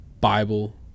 Bible